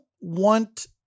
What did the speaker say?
want